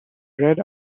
red